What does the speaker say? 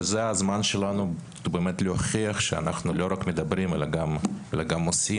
וזה הזמן שלנו באמת להוכיח שאנחנו לא רק מדברים אלא גם עושים,